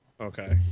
Okay